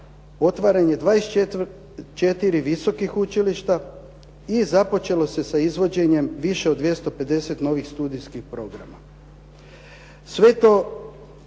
otvaranje 24 visokih učilišta i započelo se sa izvođenjem više od 250 novih studijskih programa.